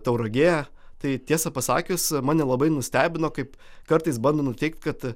tauragė tai tiesa pasakius mane labai nustebino kaip kartais bando nuteikt kad